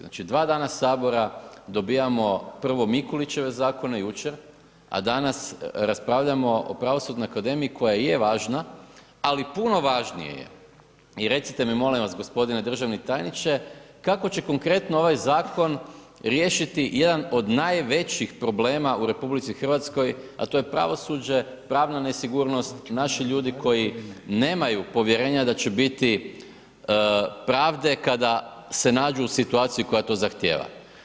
Znači dva dana Sabora dobivamo prvo Mikulićeve zakone jučer a danas raspravljamo o Pravosudnoj akademiji koja je važna ali puno važnije je i recite mi molim vas g. državni tajniče, kako će konkretno ovaj zakon riješiti jedan od najvećih problema u RH a to je pravosuđe, pravna nesigurnost, naši ljudi koji nemaju povjerenja da će biti pravde kada se nađu u situaciji koja to zahtijeva?